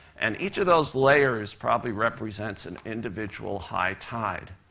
and each of those layers probably represents an individual high tide.